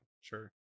Sure